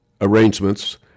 arrangements